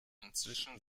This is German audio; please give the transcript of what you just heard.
inzwischen